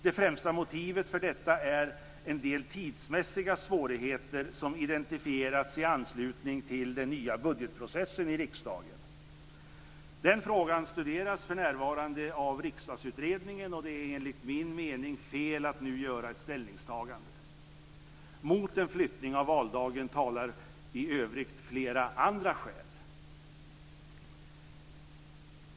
Det främsta motivet för detta är en del tidsmässiga svårigheter som identifierats i anslutning till den nya budgetprocessen i riksdagen. Den frågan studeras för närvarande av Riksdagsutredningen, och det är enligt min mening fel att nu göra ett ställningstagande. Mot en flyttning av valdagen talar i övrigt flera andra skäl.